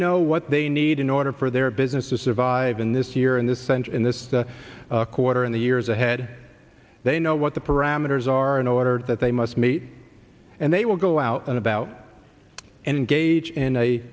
know what they need in order for their business to survive in this year in this century in this quarter in the years ahead they know what the parameters are in order that they must meet and they will go out and about and engage in a